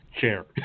chair